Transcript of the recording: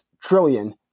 trillion